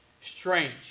strange